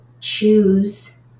choose